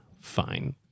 fine